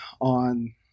on